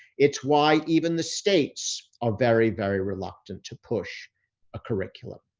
it's why even the states are very, very reluctant to push a curriculum.